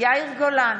יאיר גולן,